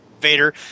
Vader